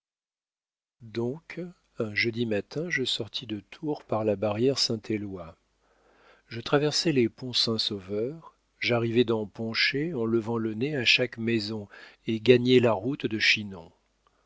donc un jeudi matin je sortis de tours par la barrière saint éloy je traversai les ponts saint-sauveur j'arrivai dans poncher en levant le nez à chaque maison et gagnai la route de chinon